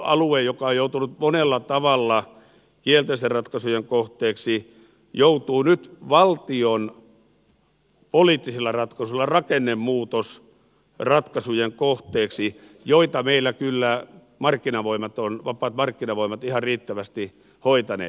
alue joka on joutunut monella tavalla kielteisten ratkaisujen kohteeksi joutuu nyt valtion poliittisilla ratkaisuilla rakennemuutosratkaisujen kohteeksi joita meillä kyllä vapaat markkinavoimat ovat ihan riittävästi hoitaneet